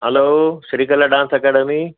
hello Shrikala dance academy